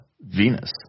Venus